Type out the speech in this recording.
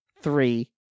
three